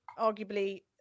arguably